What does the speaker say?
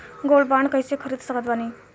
Gold bond कईसे खरीद सकत बानी?